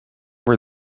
were